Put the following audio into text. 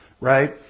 right